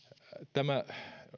tämä